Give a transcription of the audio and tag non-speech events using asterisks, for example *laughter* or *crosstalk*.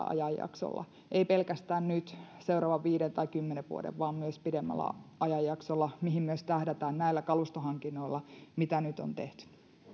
*unintelligible* ajanjaksolla ei pelkästään nyt seuraavan viiden tai kymmenen vuoden vaan myös pidemmällä ajanjaksolla mihin myös tähdätään näillä kalustohankinnoilla mitä nyt on tehty